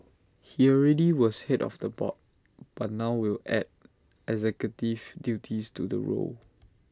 he already was Head of the board but now will add executive duties to the role